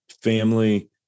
family